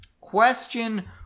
question